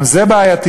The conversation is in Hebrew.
גם זה בעייתי,